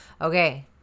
okay